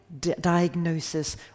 diagnosis